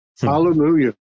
Hallelujah